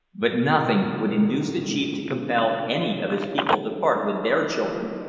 but nothing would induce the chief to compel any of his people to part with their children,